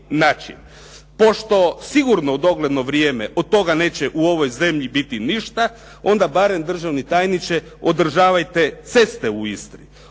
način. Pošto sigurno u dogledno vrijeme od toga neće u ovoj zemlji biti ništa, onda barem državni tajniče održavajte ceste u Istri.